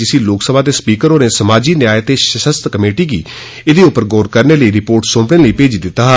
जिसी लोकसभा दे स्पीकर होरें समाजी न्याय ते सशक्त कमेटी गी एह्दे उप्पर गौर करने ते रिपोर्ट सौंपने लेई भेजी दित्ता ऐ